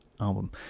album